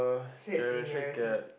say similarity